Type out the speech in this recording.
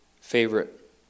favorite